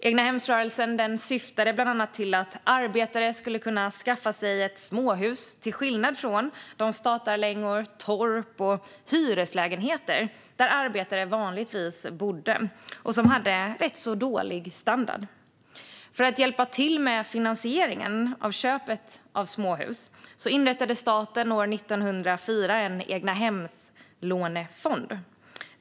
Egnahemsrörelsen syftade bland annat till att arbetare skulle kunna skaffa sig småhus i stället för de statarlängor, torp och hyreslägenheter där arbetare vanligtvis bodde och som hade rätt så dålig standard. För att hjälpa till med finansieringen av köp av småhus inrättade staten år 1904 en egnahemslånefond.